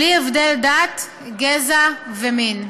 בלי הבדל דת, גזע ומין.